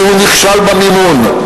כי הוא נכשל במימון.